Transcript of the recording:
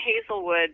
Hazelwood